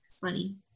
Funny